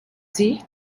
sich